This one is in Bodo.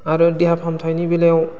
आरो देहा फाहामथायनि बेलायाव